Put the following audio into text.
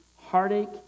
heartache